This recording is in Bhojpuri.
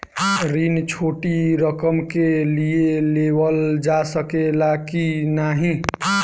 ऋण छोटी रकम के लिए लेवल जा सकेला की नाहीं?